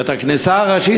ואת הכניסה הראשית,